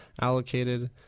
allocated